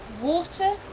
water